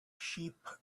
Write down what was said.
sheep